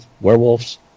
werewolves